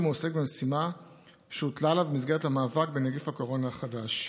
אף אם הוא עוסק במשימה שהוטלה עליו במסגרת המאבק בנגיף קורונה החדש.